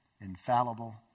infallible